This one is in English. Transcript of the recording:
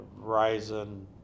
Verizon